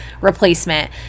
replacement